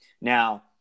Now